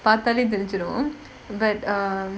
பார்த்தாலே தெரிஞ்சிரும்:paarthaalae therinjirum but um